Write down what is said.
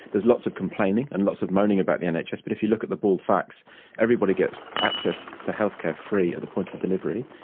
there's lots of complaining and lots of moaning about the and nhs but if you look at the bald facts everybody gets access to healthcare free at the point of delivery,